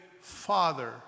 Father